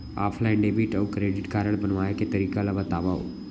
Offline debit अऊ credit card बनवाए के तरीका ल बतावव?